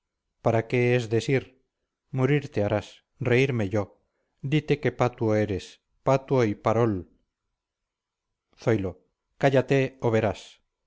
para qué es desir murirte harás reírme yo dite qué patuo eres patuo y parol zoilo cállate o verás